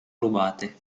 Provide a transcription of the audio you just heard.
rubate